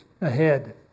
ahead